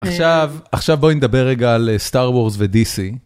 עכשיו, עכשיו בואי נדבר רגע על סטאר וורס ודי סי.